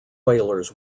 whalers